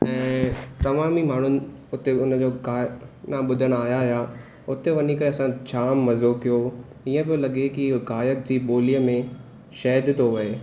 ऐं तमामु ई माण्हुनि हुते हुनजो गा गाना ॿुधणु आया हुआ हुते वञी करे असां जाम मज़ो कयो इअं पियो लगे कि गायक जी ॿोलीअ में शहद थो वहे